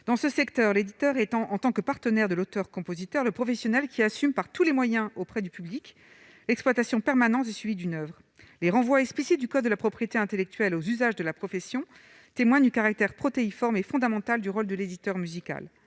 dans ce secteur, l'éditeur étant en tant que partenaire de l'auteur-compositeur, le professionnel qui assume par tous les moyens auprès du public l'exploitation permanent du suivi d'une oeuvre les renvois explicite du code de la propriété intellectuelle aux usages de la profession, témoigne du caractère protéiforme et fondamentale du rôle de l'éditeur musical